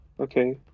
Okay